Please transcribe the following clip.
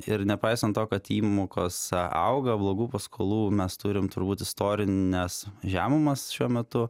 ir nepaisant to kad įmokos auga blogų paskolų mes turim turbūt istorines žemumas šiuo metu